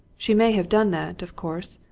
she may have done that, of course.